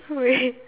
wait